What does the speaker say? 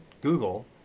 google